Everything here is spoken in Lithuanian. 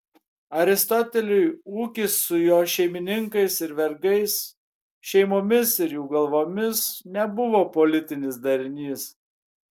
aristoteliui ūkis su jo šeimininkais ir vergais šeimomis ir jų galvomis nebuvo politinis darinys